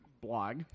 blog